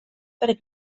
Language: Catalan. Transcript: per